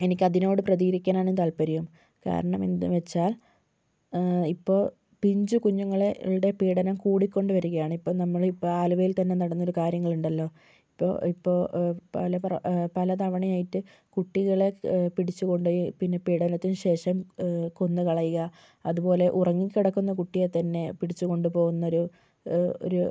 എനിക്കതിനോട് പ്രതികരിക്കാനാണ് താത്പര്യം കാരണം എന്തെന്നുവെച്ചാൽ ഇപ്പോൾ പിഞ്ചു കുഞ്ഞുങ്ങളെ ളുടെ പീഡനം കൂടികൊണ്ടു വരികയാണ് ഇപ്പം നമ്മൾ ഇപ്പം ആലുവയിൽ തന്നെ നടന്നൊരു കാര്യങ്ങളുണ്ടല്ലോ ഇപ്പോൾ ഇപ്പോൾ പല പ്ര പല തവണയായിട്ട് കുട്ടികളെ പിടിച്ചുകൊണ്ടുപോയി പിന്നെ പീഡനത്തിന് ശേഷം കൊന്നു കളയുക അതുപോലെ ഉറങ്ങി കിടക്കുന്ന കുട്ടിയെ തന്നെ പിടിച്ചു കൊണ്ടുപോകുന്നൊരു ഒരു